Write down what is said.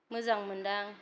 मोजां मोनदां